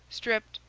stripped,